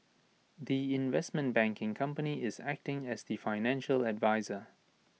the investment banking company is acting as the financial adviser